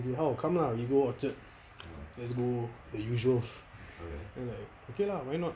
as in how come lah we go orchard let's go the usuals then like okay lah why not